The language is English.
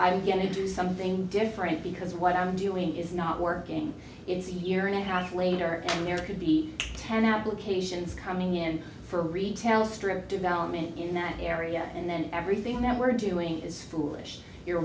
going to do something different because what i'm doing is not working it's a year and a half later and there could be ten obligations coming in for retail strip development in that area and then everything that we're doing is foolish you're